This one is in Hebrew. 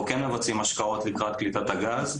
אנחנו כן מבצעים השקעות לקראת קליטת הגז,